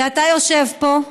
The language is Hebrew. שאתה יושב פה,